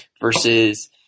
versus